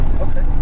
Okay